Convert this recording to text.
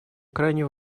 крайне